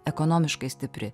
ekonomiškai stipri